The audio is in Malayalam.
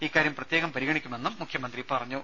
ഇക്കാര്യം പ്രത്യേകം പരിഗണിക്കുമെന്ന് മുഖ്യമന്ത്രി പറഞ്ഞു